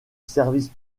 service